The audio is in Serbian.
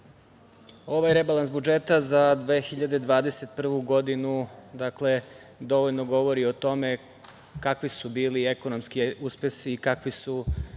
ovaj rebalans budžeta za 2021. godinu dovoljno govori o tome kakvi su bili ekonomski uspesi i kakvi su